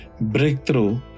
breakthrough